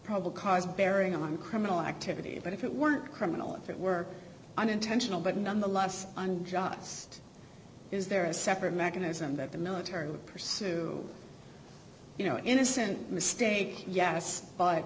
probable cause bearing on criminal activity but if it weren't criminal if it were unintentional but nonetheless unjust is there a separate mechanism that the military would pursue you know innocent mistake yes but